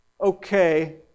okay